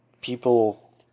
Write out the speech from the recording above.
people